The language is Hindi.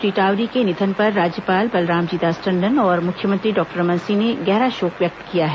श्री टावरी के निधन पर राज्यपाल बलरामजी दास टंडन और मुख्यमंत्री डॉक्टर रमन सिंह ने गहरा शोक व्यक्त किया है